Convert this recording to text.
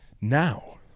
now